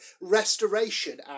restoration